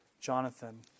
Jonathan